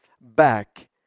back